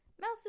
Mouse